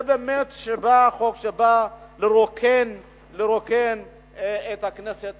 זה באמת חוק שבא לרוקן את הכנסת